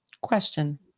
question